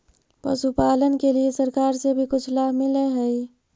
पशुपालन के लिए सरकार से भी कुछ लाभ मिलै हई?